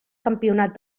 campionat